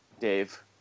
Dave